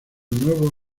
nuevos